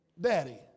Daddy